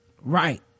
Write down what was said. Right